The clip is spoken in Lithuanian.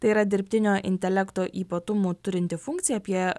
tai yra dirbtinio intelekto ypatumų turinti funkcija apie